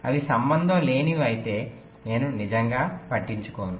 అవి సంబంధం లేనివి అయితే నేను నిజంగా పట్టించుకోను